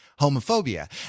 homophobia